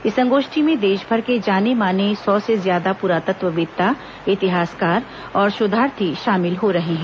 इस संगोष्ठी में देशभर के जाने माने सौ से ज्यादा पुरातत्ववेत्ता इतिहासकार और शोधार्थी शामिल हो रहे हैं